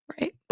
Right